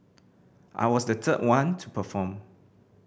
I was the third one to perform